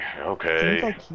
okay